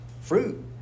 fruit